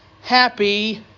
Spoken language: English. happy